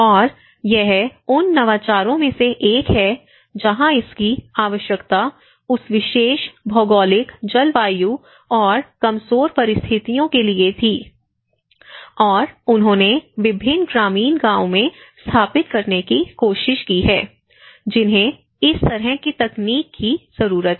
और यह उन नवाचारों में से एक है जहां इसकी आवश्यकता उस विशेष भौगोलिक जलवायु और कमजोर परिस्थितियों के लिए थी और उन्होंने विभिन्न ग्रामीण गांवों में स्थापित करने की कोशिश की है जिन्हें इस तरह की तकनीक की जरूरत है